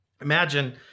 Imagine